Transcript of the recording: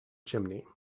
chimney